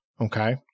okay